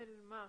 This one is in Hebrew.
של מה?